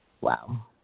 Wow